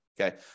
Okay